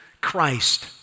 Christ